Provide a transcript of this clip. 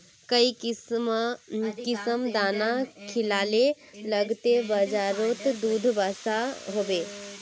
काई किसम दाना खिलाले लगते बजारोत दूध बासी होवे?